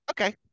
Okay